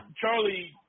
Charlie